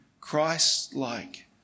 christ-like